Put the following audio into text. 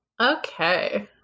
Okay